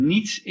Niets